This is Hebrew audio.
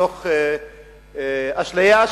מתוך אשליה,